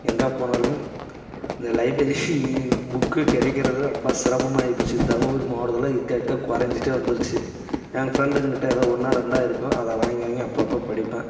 எங்கே போனாலயும் இந்த லைப்பெரி புக்கு கிடைக்கிறது ரொம்ப சிரமமாயி போச்சு தருமபுரி மாவட்டத்தில் இக்க இக்க குறஞ்சிகிட்டே வந்துருச்சு என் ஃப்ரெண்டுங்கிட்ட ஏதோ ஒன்னாக ரெண்டாக இருக்கும் அதை வாங்கி வாங்கி அப்பப்போ படிப்பேன்